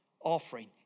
offering